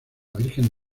virgen